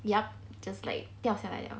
yup just like 掉下来了 liao